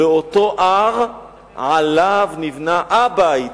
לאותו הר שעליו נבנה הבית.